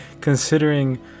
considering